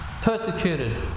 persecuted